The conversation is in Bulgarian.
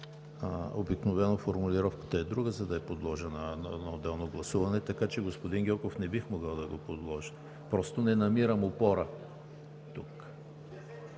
Обикновено формулировката е друга, за да го подложа на отделно гласуване, така че, господин Гьоков, не бих могъл да го подложа. Просто не намирам опора тук.